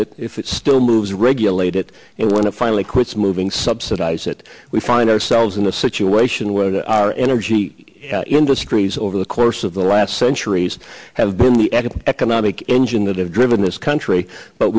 it if it still moves regulate it and when it finally quits moving subsidize it we find ourselves in a situation where the energy industries over the course of the last centuries have been the economic economic engine that have driven this country but